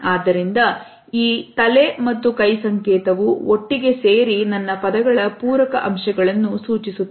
ಆದ್ದರಿಂದ ಈ ತಲೆ ಮತ್ತು ಕೈ ಸಂಕೇತವು ಒಟ್ಟಿಗೆ ಸೇರಿ ನನ್ನ ಪದಗಳ ಪೂರಕ ಅಂಶಗಳನ್ನು ಸೂಚಿಸುತ್ತವೆ